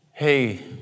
Hey